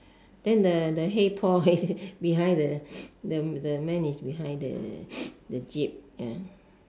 then the the hey paul behind the the the man is behind the jeep ya